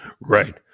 Right